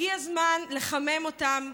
הגיע הזמן לחמם אותן,